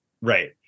Right